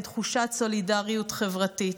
אין תחושת סולידריות חברתית.